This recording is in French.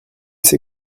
c’est